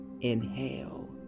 Inhale